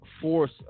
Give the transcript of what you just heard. force